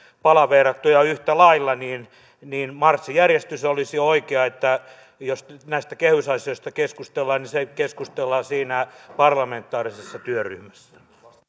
palaveerattu yhtä lailla sellainen marssijärjestys olisi oikea että jos näistä kehysasioista keskustellaan niin keskustellaan siinä parlamentaarisessa työryhmässä